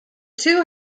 two